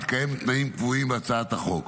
בהתקיים תנאים הקבועים בהצעת החוק.